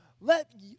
let